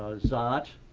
zot.